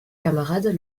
camarades